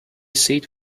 seat